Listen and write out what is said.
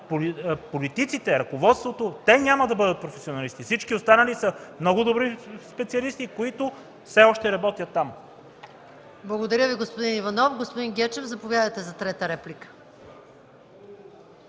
политиците, ръководството, те няма да бъдат професионалисти, всички останали са много добри специалисти, които все още работят там. ПРЕДСЕДАТЕЛ МАЯ МАНОЛОВА: Благодаря Ви, господин Иванов. Господин Гечев, заповядайте за трета реплика.